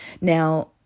Now